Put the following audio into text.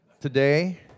today